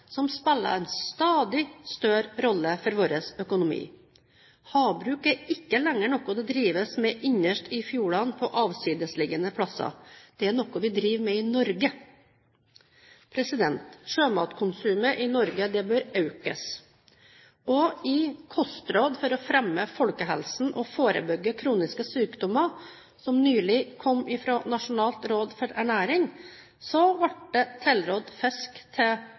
som spiller en stadig større rolle for vår økonomi. Havbruk er ikke lenger noe det drives med innerst i fjordene på avsidesliggende steder, det er noe vi driver med i Norge. Sjømatkonsumet i Norge bør økes. I «Kostråd for å fremme folkehelsen og forebygge kroniske sykdommer», som nylig kom fra Nasjonalt råd for ernæring, blir det tilrådd fisk til